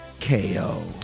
KO